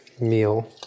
meal